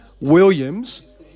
Williams